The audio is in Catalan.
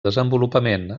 desenvolupament